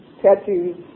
tattoos